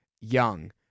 Young